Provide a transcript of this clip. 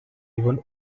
even